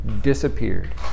disappeared